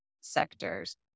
sectors